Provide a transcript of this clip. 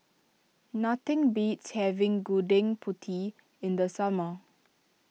nothing beats having Gudeg Putih in the summer